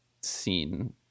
scene